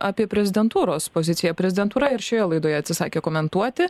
apie prezidentūros poziciją prezidentūra ir šioje laidoje atsisakė komentuoti